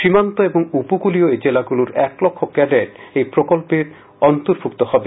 সীমান্ত ও উপকূলীয় এই জেলাগুলোর এক লক্ষ ক্যাডেট এই প্রকল্পের অন্তর্ভুক্ত হবে